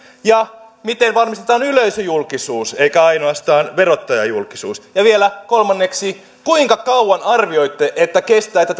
miten varmistetaan yleisöjulkisuus eikä ainoastaan verottajajulkisuus ja vielä kolmanneksi kuinka kauan arvioitte että kestää että